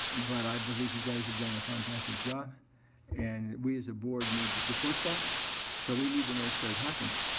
but i believe you guys have done a fantastic job and we as a board need to support that so we need to make sure it happens.